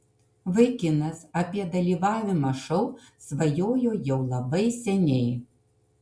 vaikinas apie dalyvavimą šou svajojo jau labai seniai